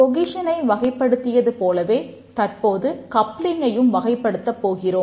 கொகிசனை வகைப்படுத்தப் போகிறோம்